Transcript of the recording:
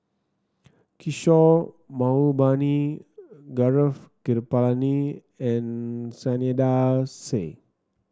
Kishore Mahbubani Gaurav Kripalani and Saiedah Said